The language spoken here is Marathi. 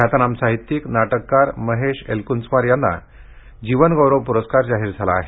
ख्यातनाम साहित्यिक नाटककार महेश एलकुंचवार यांना जीवनगौरव पुरस्कार जाहीर झाला येणार आहे